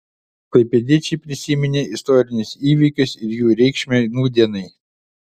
klaipėdiečiai prisiminė istorinius įvykius ir jų reikšmę nūdienai